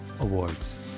awards